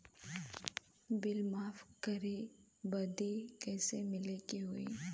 Bill माफ करे बदी कैसे मिले के होई?